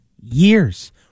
years